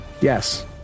Yes